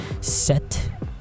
set